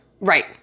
right